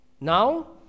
Now